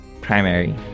primary